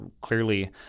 clearly